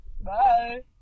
Bye